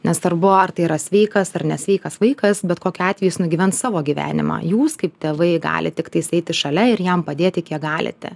nesvarbu ar tai yra sveikas ar nesveikas vaikas bet kokiu atveju jis nugyvens savo gyvenimą jūs kaip tėvai galit tiktais eiti šalia ir jam padėti kiek galite